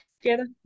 together